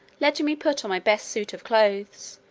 letting me put on my best suit of clothes,